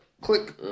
click